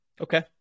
Okay